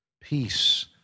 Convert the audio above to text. peace